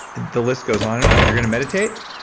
the list goes on and on. you're going to meditate?